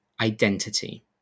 identity